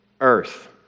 earth